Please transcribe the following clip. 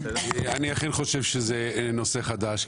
אני אכן חושב שזה נושא חדש,